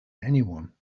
anyone